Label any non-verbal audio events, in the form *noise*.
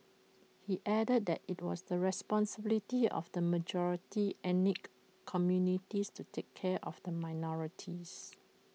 he added that IT was the responsibility of the majority *unintelligible* communities to take care of the minorities